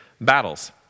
battles